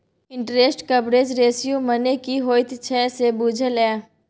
Interest coverage ratio मने की होइत छै से बुझल यै?